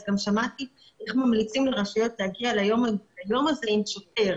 אז גם שמעתי איך ממליצים לרשויות להגיע ליום הזה עם שוטר,